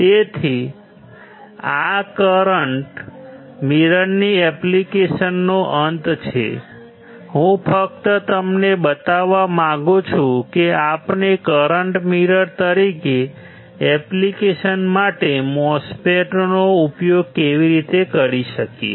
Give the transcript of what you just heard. તેથી આ કરંટ મિરરની એપ્લિકેશનનો અંત છે હું ફક્ત તમને બતાવવા માંગુ છું કે આપણે કરંટ મિરર તરીકે એપ્લિકેશન માટે MOSFET નો ઉપયોગ કેવી રીતે કરી શકીએ